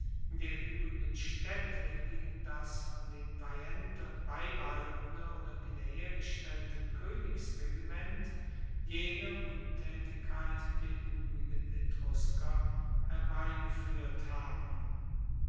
der uebrigen staedte gegen das von den veientern beibehaltene oder wiederhergestellte koenigsregiment jene untaetigkeit der uebrigen etrusker herbeigefuehrt haben